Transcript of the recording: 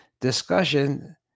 discussion